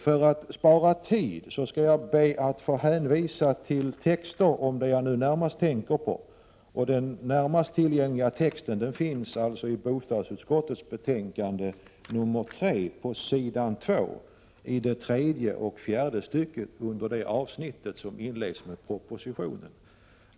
För att spara tid skall jag be att få hänvisa till texter om det jag framför allt tänker på, och den närmast tillgängliga texten finns i bostadsutskottets betänkande nr 3 på s. 2i de tredje och fjärde styckena under det avsnitt som inleds med rubriken Propositionen.